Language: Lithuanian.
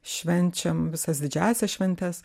švenčiam visas didžiąsias šventes